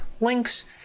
links